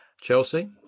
Chelsea